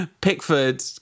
pickford